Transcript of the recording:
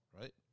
right